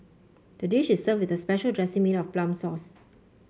the dish is served with the special dressing made of plum sauce